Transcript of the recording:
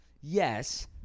Yes